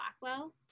Blackwell